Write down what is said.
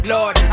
Lord